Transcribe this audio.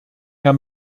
herr